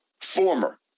former